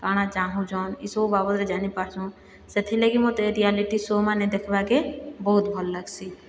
କାଣା ଚାହୁଞ୍ଚନ୍ ଇସବୁ ବାବଦରେ ଜାନି ପାରୁଛନ୍ ସେଥିଲାଗି ମୋତେ ରିଆଲିଟି ସୋ ମାନେ ଦେଖ୍ବାକେ ବହୁତ ଭଲ୍ ଲାଗ୍ସି